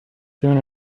soon